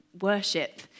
worship